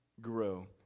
grow